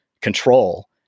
control